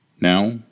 Now